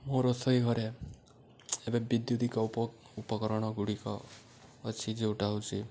ମୋ ରୋଷେଇ ଘରେ ଏବେ ବିଦ୍ୟୁତିକ ଉପ ଉପକରଣଗୁଡ଼ିକ ଅଛି ଯେଉଁଟା ହେଉଛି